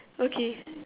okay